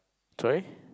sorry